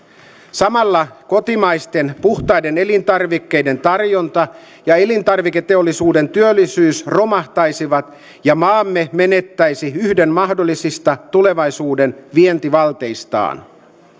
samalla kotimaisten puhtaiden elintarvikkeiden tarjonta ja elintarviketeollisuuden työllisyys romahtaisivat ja maamme menettäisi yhden mahdollisista tulevaisuuden vientivalteistaan